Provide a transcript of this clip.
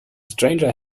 stranger